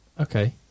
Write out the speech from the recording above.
Okay